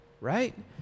right